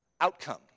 outcome